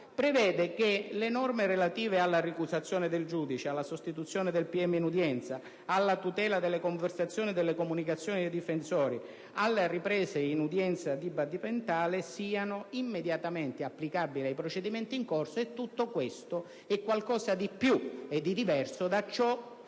prevede che le norme relative alla ricusazione del giudice, alla sostituzione del pubblico ministero in udienza, alla tutela delle conversazioni e delle comunicazioni dei difensori, alle riprese in udienza dibattimentale siano immediatamente applicabili ai procedimenti in corso. Tutto questo è qualcosa di più e di diverso da ciò